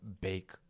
bake